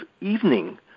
evening